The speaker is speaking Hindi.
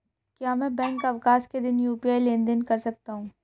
क्या मैं बैंक अवकाश के दिन यू.पी.आई लेनदेन कर सकता हूँ?